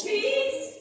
Peace